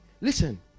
listen